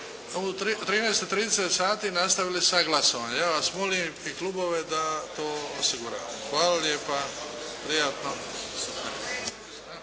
13,30 sati nastavili sa glasovanjem. Ja vas molim i klubove da to osigurate. Hvala lijepa i prijatno!